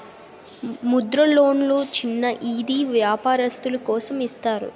ముద్ర లోన్లు చిన్న ఈది వ్యాపారస్తులు కోసం ఇస్తారు